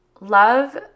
Love